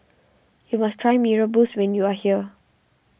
you must try Mee Rebus when you are here